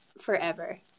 forever